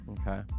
okay